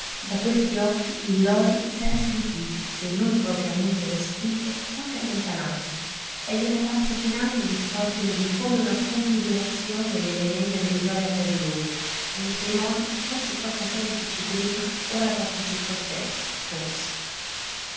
da questi occhi il lori s'era sentito se non propriamente respinto quasi allontanato e gli era parso finanche di scorgervi come una commiserazione lievemente derisoria per lui per i suoi modi forse troppo semplici prima ora troppo circospetti forse